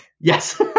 Yes